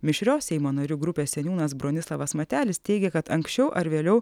mišrios seimo narių grupės seniūnas bronislovas matelis teigia kad anksčiau ar vėliau